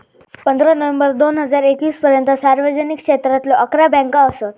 पंधरा नोव्हेंबर दोन हजार एकवीस पर्यंता सार्वजनिक क्षेत्रातलो अकरा बँका असत